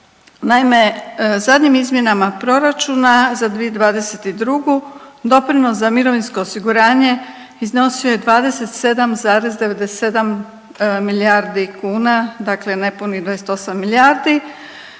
Naime, zadnjim izmjenama proračuna za 2022. doprinos za mirovinsko osiguranje iznosio je 27,97 milijardi kuna, dakle nepunih 28 milijardi,